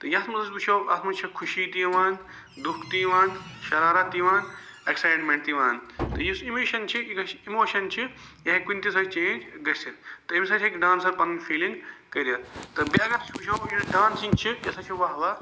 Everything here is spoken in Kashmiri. تہٕ یِتھ منٛز أسۍ وُچھو تَتھ منٛز چھِ خوشی تہِ یِوان دُکھ تہِ یِوان شرارت تہِ یِوان ایٚکسایٹمیٚنٛٹ تہِ یِوان تہٕ یُس اِمیٖشن چھِ یہِ گَژھہِ اِموشن چھِ یہِ ہیٚکہِ کُنہِ تہِ سۭتۍ چینٛج گٔژِتھ تہٕ اَمہِ سۭتۍ ہیٚکہِ ڈانسَر پنٕنۍ فیٖلِنٛگ کٔرِتھ تہٕ بیٚیہِ اگر أسۍ وُچھو کہِ ڈانسِنٛگ چھِ یہِ ہسا چھِ